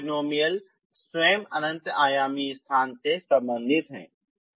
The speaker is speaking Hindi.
यह पॉलीनोमियल स्वयं अनंत आयामी स्थान से संबंधित है